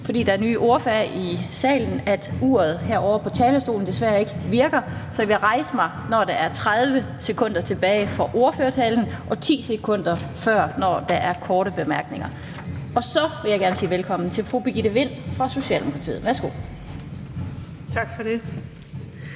fordi der er nye ordførere i salen, igen sige, at uret på talerstolen desværre ikke virker – så jeg vil rejse mig, når der er 30 sekunder tilbage af ordførertalen og 10 sekunder tilbage af de korte bemærkninger. Så vil jeg gerne sige velkommen til fru Birgitte Vind fra Socialdemokratiet. Værsgo. Kl.